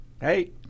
Hey